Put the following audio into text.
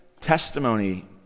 testimony